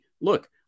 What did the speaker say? look